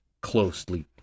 closely